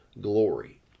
glory